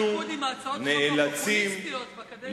לליכוד עם הצעות החוק הפופוליסטיות בקדנציה הקודמת.